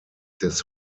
des